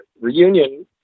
reunion